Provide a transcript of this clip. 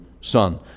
Son